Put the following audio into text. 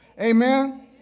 Amen